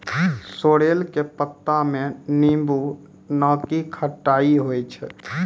sorrel के पत्ता मॅ नींबू नाकी खट्टाई होय छै